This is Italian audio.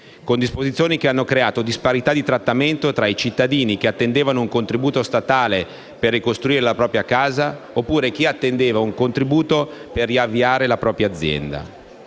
con disposizioni che hanno creato disparità di trattamento tra i cittadini che attendevano un contributo statale per ricostruire la propria casa e chi attendeva un contributo per riavviare la propria azienda.